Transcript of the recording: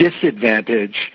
disadvantage